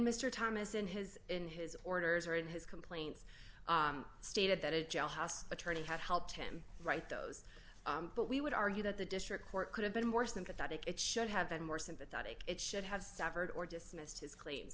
mr thomas in his in his orders or in his complaints stated that a jail house attorney had helped him write those but we would argue that the district court could have been more sympathetic it should have been more sympathetic it should have severed or dismissed his claim